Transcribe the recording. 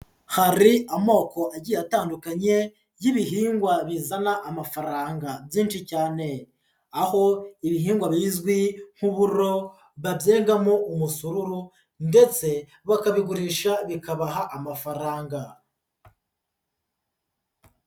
Hari amoko agiye atandukanye y'ibihingwa bizana amafaranga byinshi cyane, aho ibihingwa bizwi nk'uburo babyigamo umusururu ndetse bakabigurisha bikabaha amafaranga.